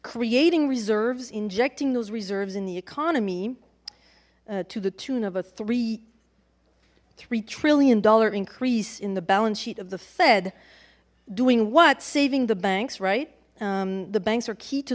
creating reserves injecting those reserves in the economy to the tune of a three three trillion dollar increase in the balance sheet of the fed doing what saving the bank's right the banks are key to